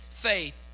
faith